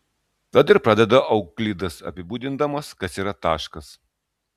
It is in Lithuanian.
tad ir pradeda euklidas apibūdindamas kas yra taškas